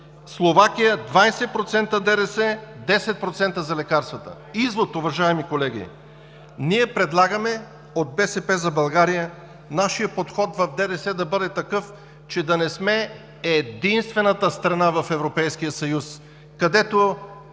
Словакия – 20% ДДС, 10% за лекарствата. Изводът, уважаеми колеги, ние от „БСП за България“ предлагаме нашият подход в ДДС да бъде такъв, че да не сме единствената страна в Европейския съюз, където